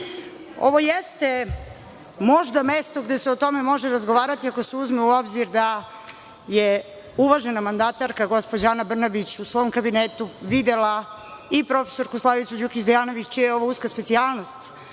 Ovo jeste možda mesto gde se o tome može razgovarati, ako se uzme u obzir da je uvažena mandatarka gospođa Ana Brnabić u svom kabinetu videla i profesorku Slavicu Đukić Dejanović, čija je ovo uska specijalnost,